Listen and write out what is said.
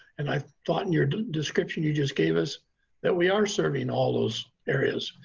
and i thought in your description you just gave us that we are serving all those areas.